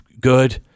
good